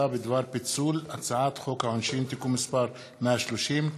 החלטה בדבר פיצול הצעת חוק העונשין (תיקון מס' 130)